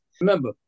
Remember